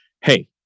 Hey